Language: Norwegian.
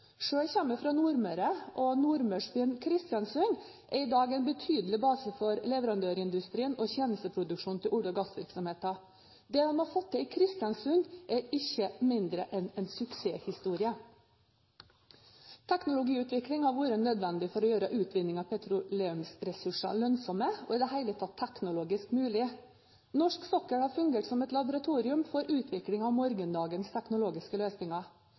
fra Nordmøre, og nordmørsbyen Kristiansund er i dag en betydelig base for leverandørindustrien og tjenesteproduksjonen til olje- og gassvirksomheten. Det de har fått til i Kristiansund, er intet mindre enn en suksesshistorie. Teknologiutvikling har vært nødvendig for å gjøre utvinning av petroleumsressurser lønnsomme og i det hele tatt teknologisk mulig. Norsk sokkel har fungert som et laboratorium for utvikling av morgendagens teknologiske løsninger.